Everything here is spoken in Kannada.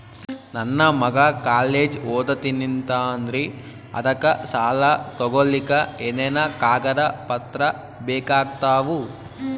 ನನ್ನ ಮಗ ಕಾಲೇಜ್ ಓದತಿನಿಂತಾನ್ರಿ ಅದಕ ಸಾಲಾ ತೊಗೊಲಿಕ ಎನೆನ ಕಾಗದ ಪತ್ರ ಬೇಕಾಗ್ತಾವು?